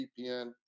VPN